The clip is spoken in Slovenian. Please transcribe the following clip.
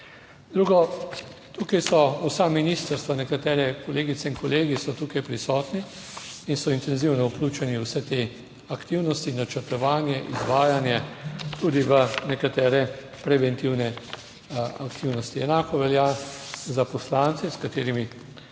Drugo, tukaj so vsa ministrstva, nekatere kolegice in kolegi so tukaj prisotni in so intenzivno vključeni v vse te aktivnosti, načrtovanje, izvajanje, tudi v nekatere preventivne aktivnosti. Enako velja za poslance, s katerimi,